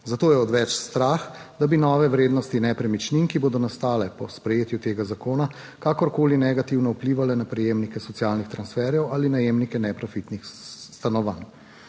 Zato je odveč strah, da bi nove vrednosti nepremičnin, ki bodo nastale po sprejetju tega zakona, kakorkoli negativno vplivale na prejemnike socialnih transferjev ali najemnike neprofitnih stanovanj.